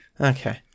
Okay